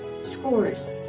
scores